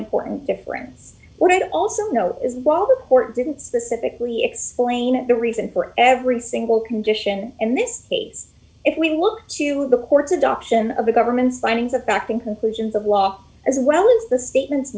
important difference what i'd also note is while the court didn't specifically explain the reason for every single condition in this case if we look to the court's adoption of the government's findings of fact in conclusions of law as well as the statements